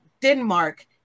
Denmark